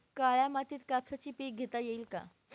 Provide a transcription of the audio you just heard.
काळ्या मातीत कापसाचे पीक घेता येईल का?